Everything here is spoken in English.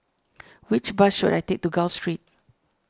which bus should I take to Gul Street